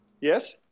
yes